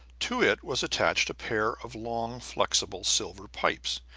to it was attached a pair of long, flexible, silver pipes,